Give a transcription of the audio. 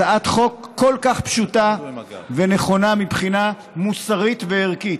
הצעת חוק כל כך פשוטה ונכונה מבחינה מוסרית וערכית,